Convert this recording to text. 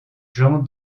jean